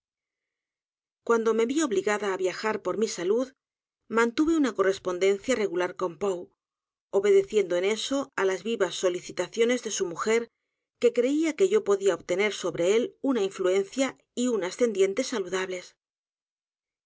cuando me vi obligada á viajar por mi salud m a n tuve una correspondencia r e g u l a r con poe obedeciendo en eso á las vivas solicitaciones de su mujer que creía que yo podía obtener sobre él una influencia y u n ascendiente saludables